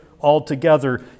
altogether